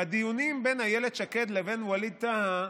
בדיונים בין אילת שקד לבין ווליד טאהא,